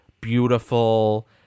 beautiful